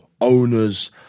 owners